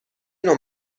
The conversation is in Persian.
نوع